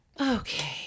Okay